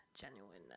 genuineness